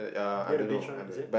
near the beach one right is it